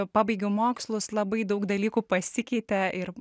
pabaigiau mokslus labai daug dalykų pasikeitė ir